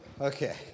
Okay